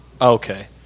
okay